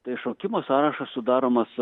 tai šaukimo sąrašas sudaromas